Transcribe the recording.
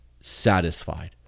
satisfied